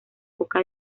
poca